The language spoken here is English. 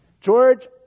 George